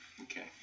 Okay